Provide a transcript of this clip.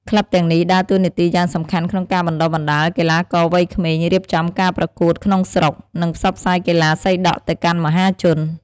ក្លឹបទាំងនេះដើរតួនាទីយ៉ាងសំខាន់ក្នុងការបណ្ដុះបណ្ដាលកីឡាករវ័យក្មេង រៀបចំការប្រកួតក្នុងស្រុក និងផ្សព្វផ្សាយកីឡាសីដក់ទៅកាន់មហាជន។